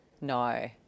No